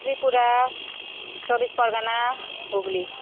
Tripura Chaubis Pargana Hooghly